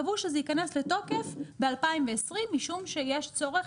קבעו שזה ייכנס לתוקף ב-2020 משום שיש צורך